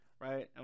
Right